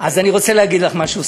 להגיד לך משהו,